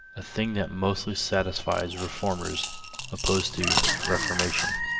a thing that mostly satisfies reformers opposed to reformation.